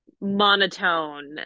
monotone